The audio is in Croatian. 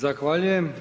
Zahvaljujem.